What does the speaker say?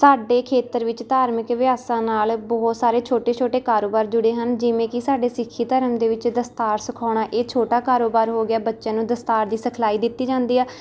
ਸਾਡੇ ਖੇਤਰ ਵਿੱਚ ਧਾਰਮਿਕ ਅਭਿਆਸਾਂ ਨਾਲ ਬਹੁਤ ਸਾਰੇ ਛੋਟੇ ਛੇਟੋ ਕਾਰੋਬਾਰ ਜੁੜੇ ਹਨ ਜਿਵੇਂ ਕਿ ਸਾਡੇ ਸਿੱਖੀ ਧਰਮ ਵਿੱਚ ਦਸਤਾਰ ਸਿਖਾਉਣਾ ਇਹ ਛੋਟਾ ਕਾਰੋਬਾਰ ਹੋ ਗਿਆ ਬੱਚਿਆ ਨੂੰ ਦਸਤਾਰ ਦੀ ਸਿਖਲਾਈ ਦਿੱਤੀ ਜਾਂਦੀ ਆ